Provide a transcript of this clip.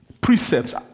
precepts